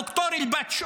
ד"ר אלברש,